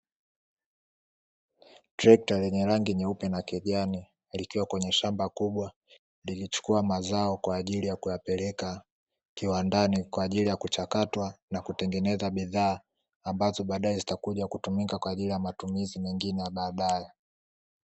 Trekta yenye rangi nyeupe na kijani, likiwa kwenye shamba kubwa, likichukua mazao kwaajili ya kuyapeleka kiwandani kwaajili ya kuchakatwa na kutengeneza bidhaa ambazo badae zitakujukutumika kwaajili ya matumizi mengine ya baadae.